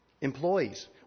Employees